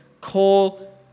Call